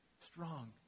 Strong